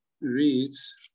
reads